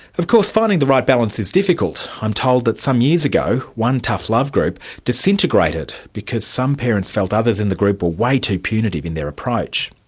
of course finding the right balance is difficult. i'm told that some years ago one tough love group disintegrated because some parents felt others in the group were way too punitive in their approach.